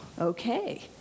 okay